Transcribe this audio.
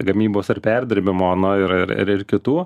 gamybos ar perdirbimo na yra ir ir kitų